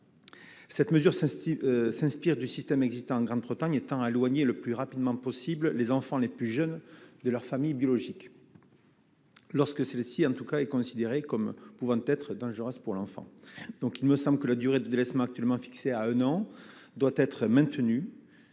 Cette mesure ça s'inspire du système existant en Grande-Bretagne étant à loyer le plus rapidement possible les enfants les plus jeunes, de leur famille biologique. Lorsque celle-ci, en tout cas, est considérée comme pouvant être dangereuse pour l'enfant, donc il me semble que la durée de actuellement fixée à un an, doit être maintenu